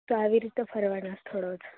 તો આવી રીતે ફરવાના સ્થળો છે